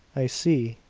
i see.